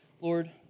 Lord